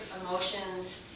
emotions